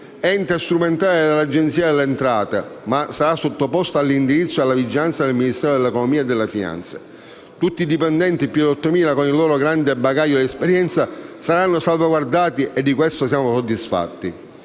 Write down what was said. ente strumentale dell'Agenzia delle entrate, ma sarà sottoposto all'indirizzo e alla vigilanza del Ministero dell'economia e delle finanze. Tutti i dipendenti - più di 8.000 - con il loro grande bagaglio di esperienza saranno salvaguardati e di questo siamo soddisfatti.